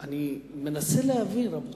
אני מנסה להבין, רבותי,